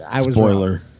Spoiler